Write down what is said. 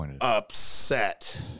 upset